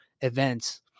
events